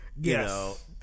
Yes